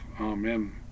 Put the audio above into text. Amen